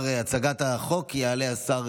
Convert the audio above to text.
התשפ"ג 2023, (קריאה שנייה